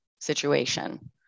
situation